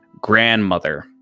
grandmother